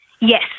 Yes